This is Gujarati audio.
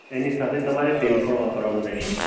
અને તેની સાથે તમારે તેલ પણ વાપરવાનું રહેશે